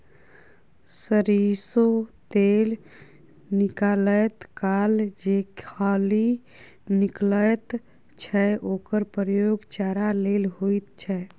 सरिसों तेल निकालैत काल जे खली निकलैत छै ओकर प्रयोग चारा लेल होइत छै